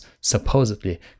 supposedly